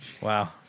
Wow